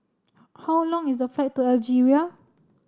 how long is the flight to Algeria